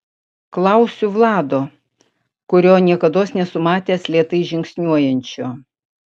klausiu vlado kurio niekados nesu matęs lėtai žingsniuojančio